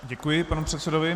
Děkuji panu předsedovi.